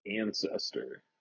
ancestor